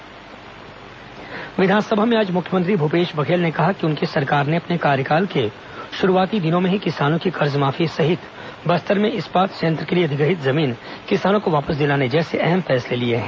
विधानसभा राज्यपाल अभिभाषण विधानसभा में आज मुख्यमंत्री भूपेश बघेल ने कहा कि उनकी सरकार ने अपने कार्यकाल के शुरूआती दिनों में ही किसानों की कर्जमाफी सहित बस्तर में इस्पात संयंत्र के लिए अधिग्रहित जमीन किसानों को वापस दिलाने जैसे अहम फैसले लिए हैं